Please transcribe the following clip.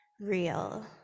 real